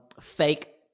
fake